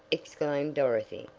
exclaimed dorothy,